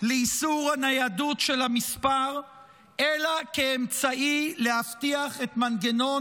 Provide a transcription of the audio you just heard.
באיסור הניידות של המספר אלא כאמצעי להבטיח את מנגנון